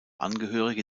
angehörige